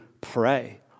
pray